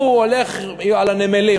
הוא הולך על הנמלים,